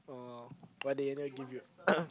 oh why they never give you